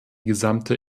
gesamte